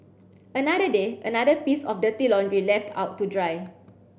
another day another piece of dirty laundry left out to dry